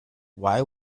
why